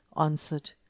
answered